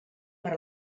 per